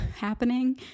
happening